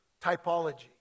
typology